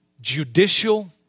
judicial